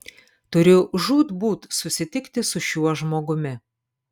turiu žūtbūt susitikti su šiuo žmogumi